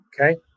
Okay